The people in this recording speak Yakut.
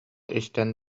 истэн